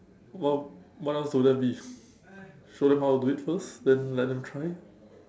what what else will that be show them how to do it first then let them try